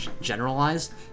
generalized